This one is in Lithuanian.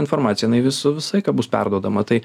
informacija jinai vis visą laiką bus perduodama tai